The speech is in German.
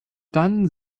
dann